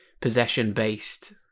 possession-based